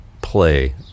play